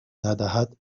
ندهد